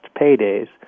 paydays